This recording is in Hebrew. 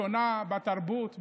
שונה בתרבות,